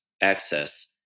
access